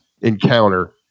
encounter